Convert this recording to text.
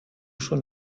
schon